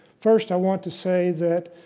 first, i want to say that